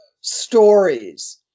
stories